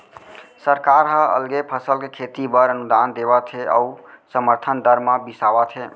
सरकार ह अलगे फसल के खेती बर अनुदान देवत हे अउ समरथन दर म बिसावत हे